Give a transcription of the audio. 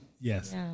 Yes